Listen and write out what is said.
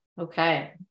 Okay